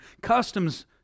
customs